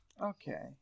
Okay